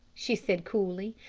she said coolly.